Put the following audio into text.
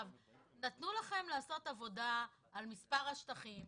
נתנו לכם לעשות עבודה על מספר השטחים,